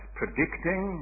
predicting